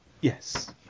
Yes